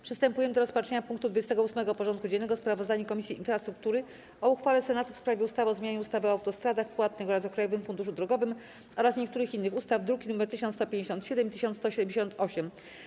Przystępujemy do rozpatrzenia punktu 28. porządku dziennego: Sprawozdanie Komisji Infrastruktury o uchwale Senatu w sprawie ustawy o zmianie ustawy o autostradach płatnych oraz o Krajowym Funduszu Drogowym oraz niektórych innych ustaw (druki nr 1157 i 1178)